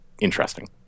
interesting